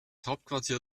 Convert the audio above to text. hauptquartier